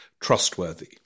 trustworthy